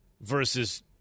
Versus